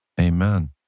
Amen